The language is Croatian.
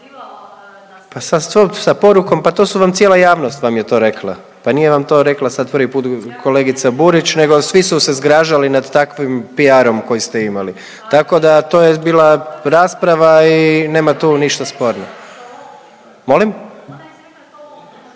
to, sa porukom, pa to su vam cijela javnost vam je to rekla, pa nije vam to rekla sad prvi put kolegica Burić, nego svi se zgražali nad takvim PR-om koji ste imali, tako da, to je bila rasprava i nema tu ništa sporno.